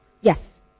Yes